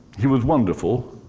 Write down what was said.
he was wonderful,